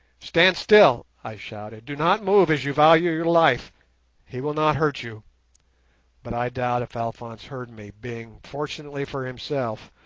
stand still i shouted do not move as you value your life he will not hurt you but i doubt if alphonse heard me, being, fortunately for himself,